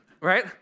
right